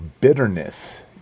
bitterness